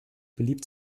beliebt